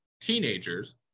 teenagers